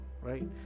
right